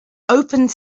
opened